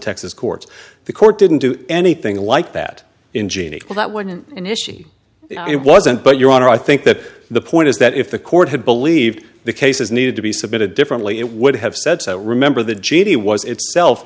texas courts the court didn't do anything like that in jena but that wasn't an issue it wasn't but your honor i think that the point is that if the court had believed the cases needed to be submitted differently it would have said so remember the g d was itself